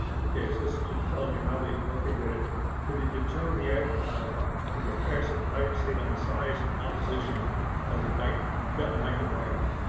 okay, so this is just telling me how they what they did it to the determine the ah the effects of glyphosate on the size and composition of the gut, gut microbiome.